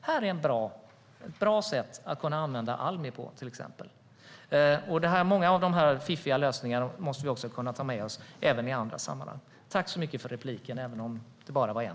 Det är ett bra sätt att använda till exempel Almi på, och vi måste kunna ta med oss många av de fiffiga lösningarna även i andra sammanhang. Det blev bara ett replikskifte, men jag tackar för det.